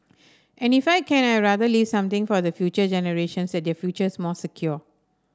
and if I can I'd rather leave something for the future generations that their future is more secure